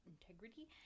integrity